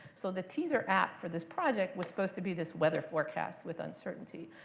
so the teaser app for this project was supposed to be this weather forecast with uncertainty,